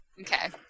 Okay